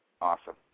Awesome